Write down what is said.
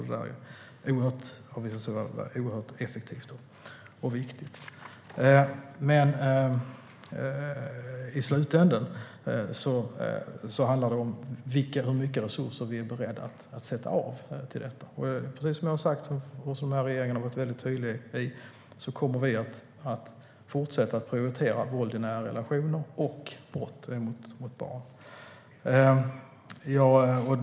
Det har visat sig vara oerhört effektivt och viktigt. I slutänden handlar det om vilka olika resurser vi är beredda att sätta av till detta. Precis som jag har sagt och som den här regeringen har varit tydlig med kommer vi att fortsätta prioritera arbetet mot våld i nära relationer och brott mot barn.